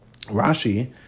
Rashi